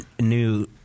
new